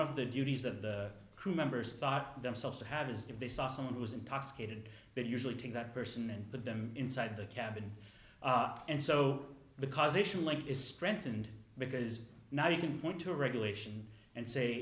of the crew members thought themselves to have is if they saw someone who was intoxicated that usually took that person and put them inside the cabin and so because issue like is strengthened because now you can point to regulation and say